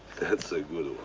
that's a good